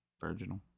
virginal